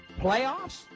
Playoffs